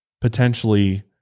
potentially